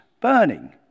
burning